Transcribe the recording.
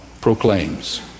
proclaims